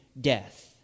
death